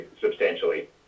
substantially